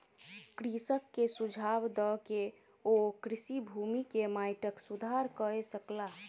कृषक के सुझाव दय के ओ कृषि भूमि के माइटक सुधार कय सकला